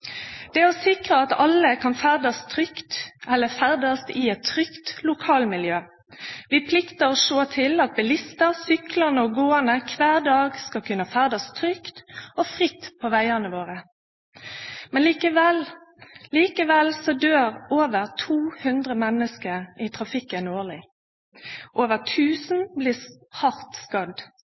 samferdsle er faktisk nettopp dette: å sikre at alle kan ferdast i eit trygt lokalmiljø. Vi pliktar å sjå til at bilistar, syklande og gåande kvar dag skal kunne ferdast trygt og fritt på vegane våre. Likevel døyr over 200 menneske i trafikken årleg. Over 1 000 blir